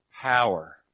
power